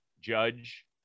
Judge